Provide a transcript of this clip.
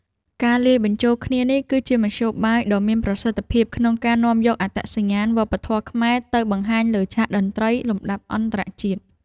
ការលាយបញ្ចូលគ្នានេះគឺជាមធ្យោបាយដ៏មានប្រសិទ្ធភាពក្នុងការនាំយកអត្តសញ្ញាណវប្បធម៌ខ្មែរ ទៅបង្ហាញលើឆាកតន្ត្រីលំដាប់អន្តរជាតិ។